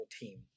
team